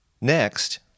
Next